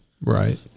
Right